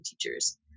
teachers